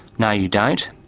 no you don't.